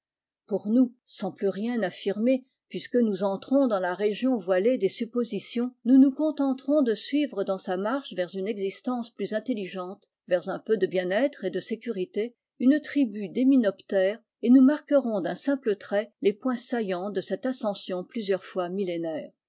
pour nous sans plus rien affirmer puisque nous entrons dans la région voilée des suppositions nous nous contenterons de suivre dans sa marche vers une existence plus intelligente vers un peu de bien-être et de sécurité une tribu d'hyménoptères et nous marquerons d'un simple trait les points saillants de cette ascension plusieurs fois millénaire